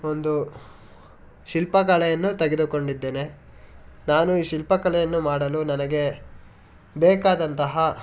ಒಂದು ಶಿಲ್ಪಕಲೆಯನ್ನು ತೆಗೆದುಕೊಂಡಿದ್ದೇನೆ ನಾನು ಈ ಶಿಲ್ಪಕಲೆಯನ್ನು ಮಾಡಲು ನನಗೆ ಬೇಕಾದಂತಹ